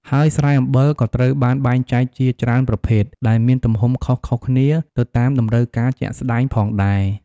ហើយស្រែអំបិលក៏ត្រូវបានបែងចែកជាច្រើនប្រភេទ ដែលមានទំហំខុសៗគ្នា ទៅតាមតម្រូវការជាក់ស្ដែងផងដែរ។